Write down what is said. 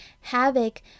havoc